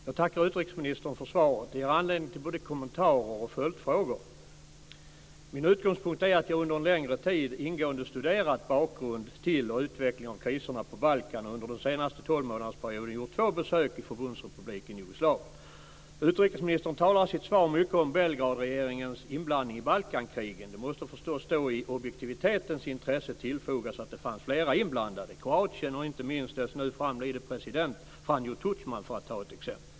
Fru talman! Jag tackar utrikesministern för svaret. Det ger anledning till både kommentarer och följdfrågor. Min utgångspunkt är att jag under en längre tid ingående studerat bakgrunden till och utvecklingen av kriserna på Balkan, och under den senaste tolvmånadersperioden gjort två besök i Förbundsrepubliken Jugoslavien. Utrikesministern talar i sitt svar mycket om Belgradregeringens inblandning i Balkankrigen. I objektivitetens intresse måste det förstås då tillfogas att det fanns flera inblandade - Kroatien och inte minst dess nu framlidne president Franjo Tudman, för att ta ett exempel.